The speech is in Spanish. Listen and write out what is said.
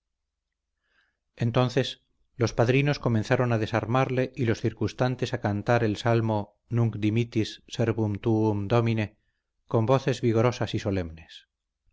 entonces los padrinos comenzaron a desarmarle y los circunstantes a cantar el salmo nunc dimitis servum tuum domine con voces vigorosas y solemnes